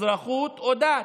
אזרחות או דת.